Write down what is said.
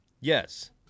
Yes